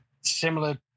similar